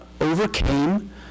overcame